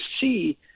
see